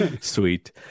sweet